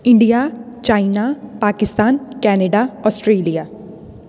India China Pakistan Canada Australia